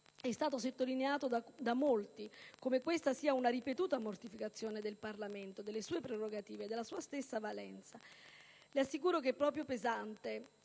È stato sottolineato da molti come questa sia una ripetuta mortificazione del Parlamento, delle sue prerogative e della sua stessa valenza. Le assicuro, signor rappresentante